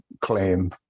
claim